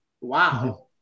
wow